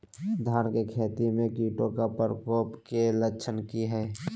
धान की खेती में कीटों के प्रकोप के लक्षण कि हैय?